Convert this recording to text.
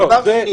דבר שני.